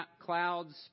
clouds